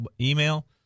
email